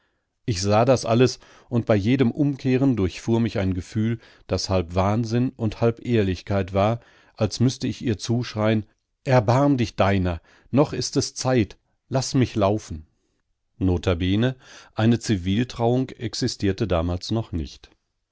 ich sah das alles und bei jedem umkehren durchfuhr mich ein gefühl das halb wahnsinn und halb ehrlichkeit war als müßte ich ihr zuschreien erbarm dich deiner noch ist es zeit laß mich laufen notabene eine ziviltrauung existierte damals noch nicht